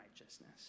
righteousness